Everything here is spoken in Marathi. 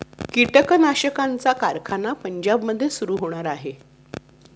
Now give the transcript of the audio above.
कीटकनाशकांचा कारखाना पंजाबमध्ये सुरू होणार आहे